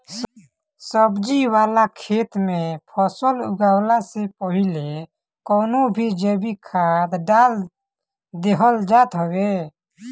सब्जी वाला खेत में फसल उगवला से पहिले कवनो भी जैविक खाद डाल देहल जात हवे